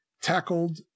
tackled